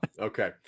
okay